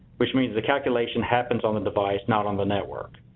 which means the calculation happens on the device, not on the network.